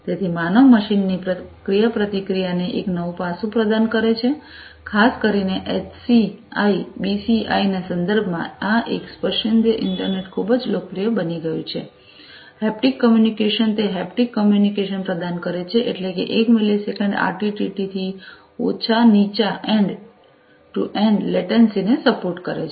તેથી માનવ મશીનની ક્રિયાપ્રતિક્રિયાને એક નવું પાસું પ્રદાન કરે છે ખાસ કરીને એચસી આઈ બીસીઆઈ ના સંદર્ભમાં આ એક સ્પર્શેન્દ્રિય ઇન્ટરનેટ ખૂબ જ લોકપ્રિય બની ગયું છે હેપ્ટિક કમ્યુનિકેશન તે હેપ્ટિક કમ્યુનિકેશન પ્રદાન કરે છે એટલે કે 1 મિલીસેકન્ડ આરટીટી થી ઓછા નીચા એન્ડ ટુ એન્ડ લેટન્સી ને સપોર્ટ કરે છે